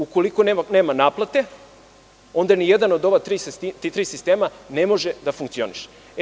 Ukoliko nema naplate, onda nijedan od ova tri sistema ne može da funkcioniše.